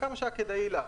לכמה שהיה כדאי לה,